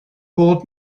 bod